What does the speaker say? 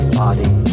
body